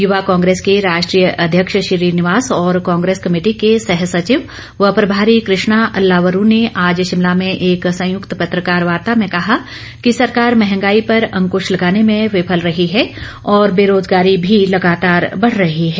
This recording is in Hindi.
युवा कांग्रेस के राष्ट्रीय अध्यक्ष श्रीनिवास और कांग्रेस कमेटी के सह सचिव व प्रभारी कृष्णा अल्लावरू ने आज शिमला में एक संयुक्त पत्रकार वार्ता में कहा कि सरकार मंहगाई पर अंकृश लगाने में विफल रही है और बेरोजगारी भी लगातार बढ़ रही है